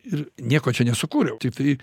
ir nieko čia nesukūriau tiktai